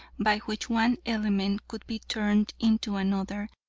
by which one element could be turned into another,